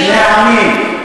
משני העמים.